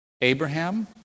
Abraham